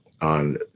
on